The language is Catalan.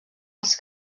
els